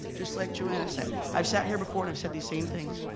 just like joanna said, i've sat here before and i've said these same things.